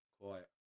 quiet